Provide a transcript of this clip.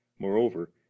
Moreover